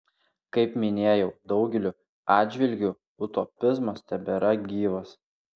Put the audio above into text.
kaip minėjau daugeliu atžvilgių utopizmas tebėra gyvas